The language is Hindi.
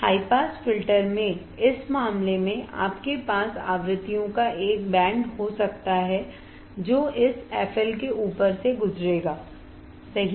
हाई पास फिल्टर में इस मामले में आपके पास आवृत्तियों का एक बैंड हो सकता है जो इस f L के ऊपर से गुजरेगा सही